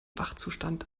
wachzustand